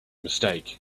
mistake